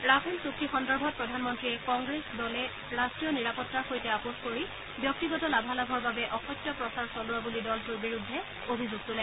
Rafale চূক্তি সন্দৰ্ভত প্ৰধানমন্ত্ৰীয়ে কংগ্ৰেছ দলে ৰট্টীয় নিৰাপত্তাৰ সৈতে আপোচ কৰি ব্যক্তিগত লাভালাভৰ বাবে অসত্য প্ৰচাৰ চলোৱা বুলি দলটোৰ বিৰুদ্ধে অভিযোগ তোলে